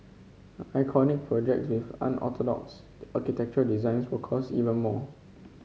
iconic projects with unorthodox architectural designs will cost even more